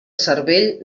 cervell